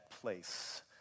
place